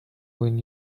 when